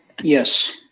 Yes